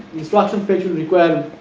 instruction fetch you require